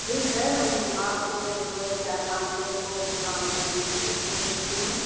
ठीक है हम आपको जो है चार पाँच लोग को काम करने के लिए भेज देती हूँ